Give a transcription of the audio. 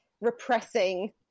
repressing